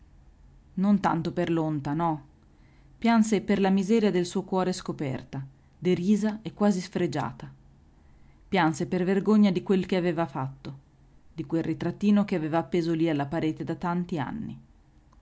non tanto per l'onta no pianse per la miseria del suo cuore scoperta derisa e quasi sfregiata pianse per vergogna di quel che aveva fatto di quel ritrattino che aveva appeso lì alla parete da tanti anni